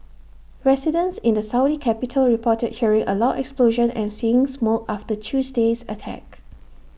residents in the Saudi capital reported hearing A loud explosion and seeing smoke after Tuesday's attack